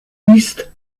east